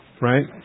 Right